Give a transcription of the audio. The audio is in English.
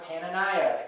Hananiah